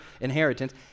inheritance